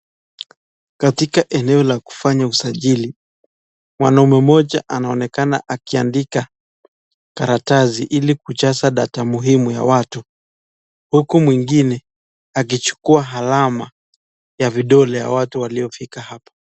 Katika eneo la kufanya usajili mwanaume mmoja anaonekana akiandika karatasi Ili kujazaa data muhimu ya watu. Huku mwingine akichukuwa alama ya vidole ya watu waliofika hapa.